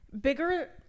bigger